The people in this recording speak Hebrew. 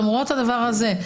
למרות הדבר הזה,